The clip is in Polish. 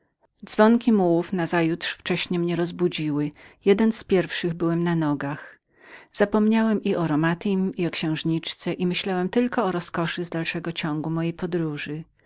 wkrótce zasnąłem dzwonki mułów nazajutrz wcześnie mnie rozbudziły byłem jeden z pierwszych na nogach zapomniałem i o romatim i o księżniczce i myślałem tylko o roskoszy z dalszego ciągu mojej podróży